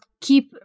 keep